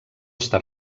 està